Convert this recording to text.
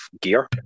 gear